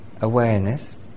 awareness